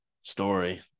story